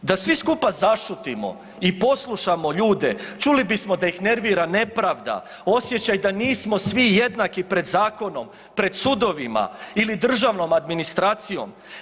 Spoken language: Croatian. Da svi skupa zašutimo i poslušamo ljude čuli bismo da ih nervira nepravda, osjećaj da nismo svi jednaki pred zakonom, pred sudovima ili državnom administracijom.